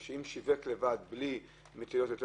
אם הוא הוא שיווק יותר בלי להחזיק יותר מטילות,